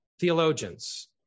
theologians